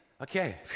okay